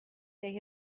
they